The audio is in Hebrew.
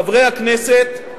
חברי הכנסת,